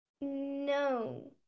no